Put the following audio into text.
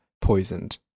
poisoned